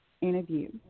interview